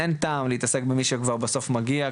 אין טעם להתעסק במי שכבר בסוף מגיע,